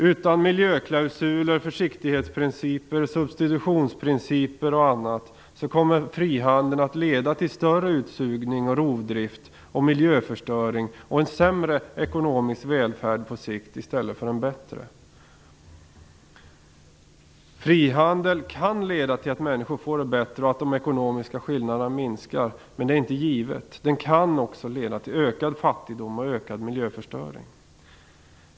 Utan miljöklausuler, försiktighetsprinciper, substitutionsprinciper och annat kommer frihandeln på sikt att leda till större utsugning, rovdrift, miljöförstöring och en sämre ekonomisk välfärd i stället för en bättre. Frihandel kan leda till att människor får det bättre och att de ekonomiska skillnaderna minskar, men det är inte givet. Den kan också leda till ökad fattigdom och ökad miljöförstöring.